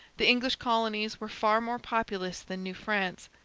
the english colonies were far more populous than new france.